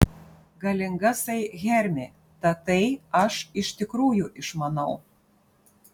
galingasai hermi tatai aš iš tikrųjų išmanau